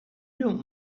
don’t